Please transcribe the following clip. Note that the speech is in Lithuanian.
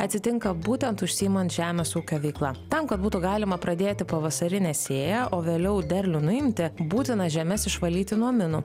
atsitinka būtent užsiimant žemės ūkio veikla tam kad būtų galima pradėti pavasarinę sėją o vėliau derlių nuimti būtina žemes išvalyti nuo minų